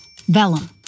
Vellum